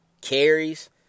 carries